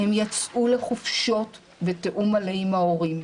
הם יצאו לחופשות בתיאום מלא עם ההורים.